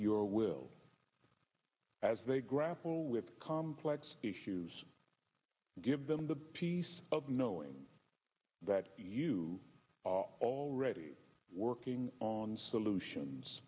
your will as they grapple with complex issues and give them the peace of knowing that you are already working on solutions